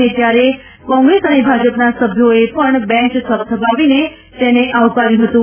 અને ત્યારે કોંગ્રેસ અને ભાજપના સભ્યોએ પણ બેન્ચ થપથપાવીને તેને આવકાર્યું હતું